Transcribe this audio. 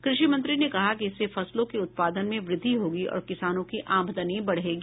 कृषि मंत्री ने कहा कि इससे फसलों के उत्पादन में वृद्धि होगी और किसानों की आमदनी बढ़ेगी